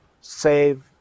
save